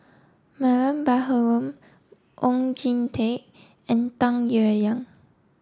Mariam Baharom Oon Jin Teik and Tung Yue Yang